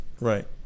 Right